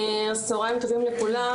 צהריים טובים לכולם,